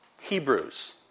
Hebrews